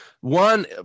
One